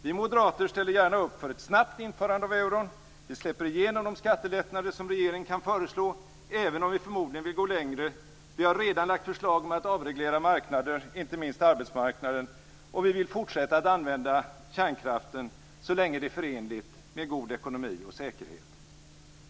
Vi moderater ställer gärna upp för ett snabbt införande av euron. Vi släpper igenom de skattelättnader som regeringen kan föreslå, även om vi förmodligen vill gå längre. Vi har redan lagt förslag om att avreglera marknader, inte minst arbetsmarknaden. Vi vill fortsätta att använda kärnkraften så länge det är förenligt med god ekonomi och säkerhet.